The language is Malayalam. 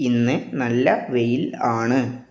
ഇന്ന് നല്ല വെയിൽ ആണ്